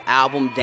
album